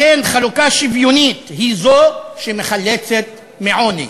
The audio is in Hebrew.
לכן, חלוקה שוויונית היא זו שמחלצת מעוני,